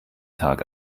tag